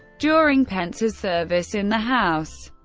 during pence's service in the house,